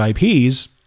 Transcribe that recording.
IPs